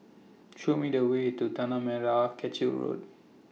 Show Me The Way to Tanah Merah Kechil Road